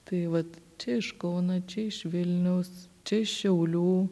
tai vat čia iš kauno čia iš vilniaus čia iš šiaulių